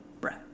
breath